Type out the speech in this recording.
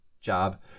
job